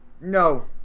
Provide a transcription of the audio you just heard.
No